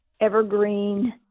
evergreen